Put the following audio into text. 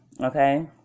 Okay